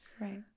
Right